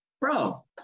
bro